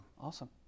Awesome